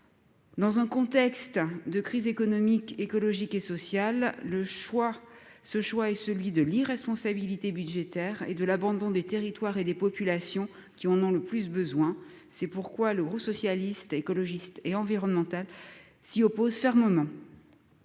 dans un contexte de crise économique, écologique et sociale, le choix, ce choix est celui de l'irresponsabilité budgétaire et de l'abandon des territoires et des populations qui en ont le plus besoin, c'est pourquoi l'Euro, socialistes, écologistes et s'y oppose fermement.